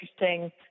interesting